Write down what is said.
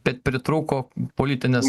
bet pritrūko politinės